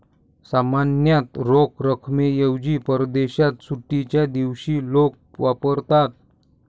सामान्यतः रोख रकमेऐवजी परदेशात सुट्टीच्या दिवशी लोक वापरतात